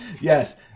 yes